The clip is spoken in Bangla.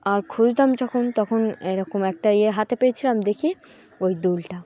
আর খুঁজতাম যখন তখন এরকম একটা ইয়ে হাতে পেয়েছিলাম দেখি ওই দূলটা